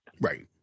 Right